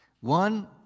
One